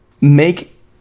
make